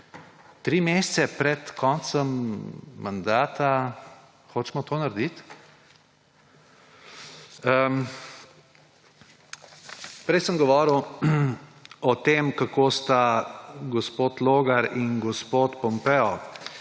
Tri mesece pred koncem mandata hočemo to narediti? Prej sem govoril o tem, kako sta gospod Logar in gospod Pompeo